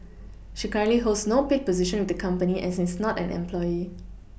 she currently holds no paid position with the company and is not an employee